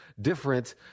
different